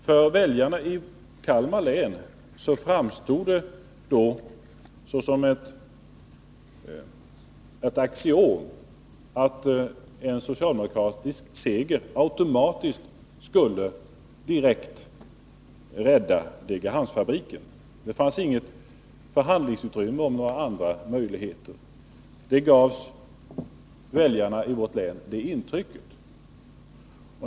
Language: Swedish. För väljarna i Kalmar län framstod det som ett axiom att en socialdemokratisk seger automatiskt skulle rädda fabriken i Degerhamn. Det fanns inget förhandlingsutrymme för några andra möjligheter. Väljarna i vårt län gavs det intrycket.